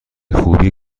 خوبی